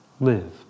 live